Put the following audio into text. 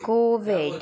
COVID